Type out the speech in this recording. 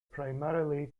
primarily